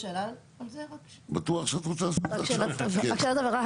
רק שאלת הבהרה.